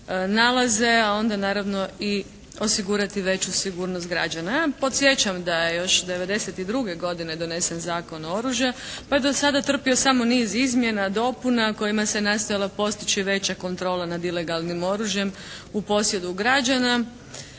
nalaze, a onda naravno i osigurati veću sigurnost građana. Ja podsjećam da je još 1992. godine donesen Zakon o oružju pa je do sada trpio samo niz izmjena, dopuna kojima se nastojala postići veća kontrola nad ilegalnim oružjem u posjedu građana.